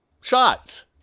shots